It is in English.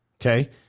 Okay